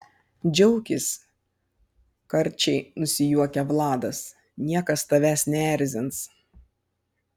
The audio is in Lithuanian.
džiaukis karčiai nusijuokia vladas niekas tavęs neerzins